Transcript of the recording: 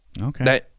Okay